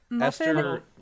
Esther